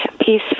peace